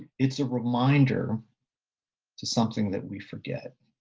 it's a reminder to something that we forget.